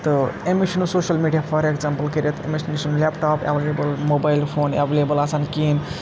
تہٕ أمِس چِھنہٕ سوشَل مِیٖڈیا فار ایٚکزامپٕل کٔرِتھ أمِس نِش چھُنہٕ laptop available mobile phone available آسان کِہیٖنۍ